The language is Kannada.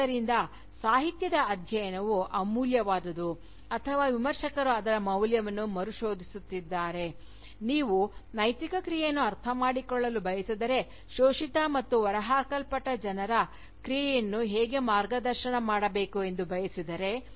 ಆದ್ದರಿಂದ ಸಾಹಿತ್ಯದ ಅಧ್ಯಯನವು ಅಮೂಲ್ಯವಾದುದು ಅಥವಾ ವಿಮರ್ಶಕರು ಅದರ ಮೌಲ್ಯವನ್ನು ಮರುಶೋಧಿಸುತ್ತಿದ್ದಾರೆ ನೀವು ನೈತಿಕ ಕ್ರಿಯೆಯನ್ನು ಅರ್ಥಮಾಡಿಕೊಳ್ಳಲು ಬಯಸಿದರೆ ಶೋಷಿತ ಮತ್ತು ಹೊರಹಾಕಲ್ಪಟ್ಟ ಜನರ ಕ್ರಿಯೆಯನ್ನು ಹೇಗೆ ಮಾರ್ಗದರ್ಶನ ಮಾಡಬೇಕು ಎಂದು ಬಯಸಿದರೆ